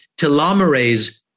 telomerase